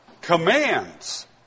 commands